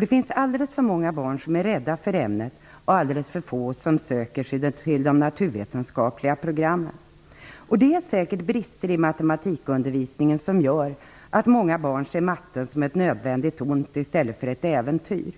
Det finns alldeles för många barn som är rädda för ämnet och alldeles för få som söker sig till de naturvetenskapliga programmen. Det är säkert brister i matematikundervisningen som gör att många barn ser matten som ett nödvändigt ont i stället för som ett äventyr.